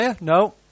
No